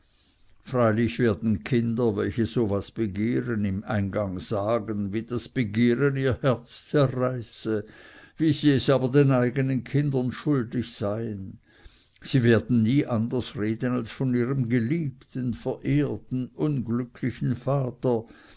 freilich werden kinder welche so was begehren im eingang sagen wie das begehren ihr herz zerreiße wie sie es aber den eigenen kindern schuldig seien sie werden nie anders reden als von ihrem geliebten verehrten unglücklichen vater